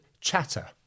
chatter